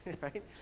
right